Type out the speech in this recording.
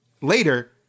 later